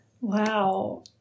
Wow